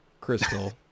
Crystal